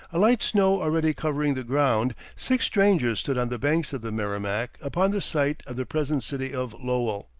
a light snow already covering the ground, six strangers stood on the banks of the merrimac upon the site of the present city of lowell.